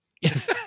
Yes